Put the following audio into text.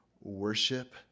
worship